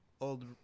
old